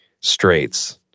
straits